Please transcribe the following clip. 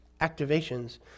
activations